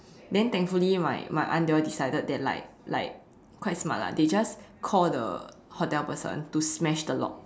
then thankfully my my aunt they all decided that like like quite smart lah they just call the hotel person to smash the lock